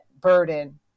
burden